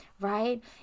right